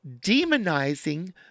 demonizing